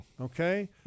okay